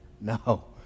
No